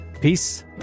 Peace